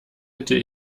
hätte